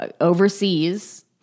overseas